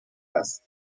است